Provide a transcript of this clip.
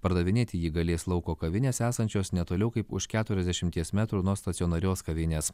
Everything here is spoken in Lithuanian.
pardavinėti jį galės lauko kavinės esančios netoli kaip už keturiasdešimties metrų nuo stacionarios kavinės